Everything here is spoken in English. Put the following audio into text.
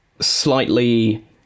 slightly